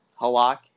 Halak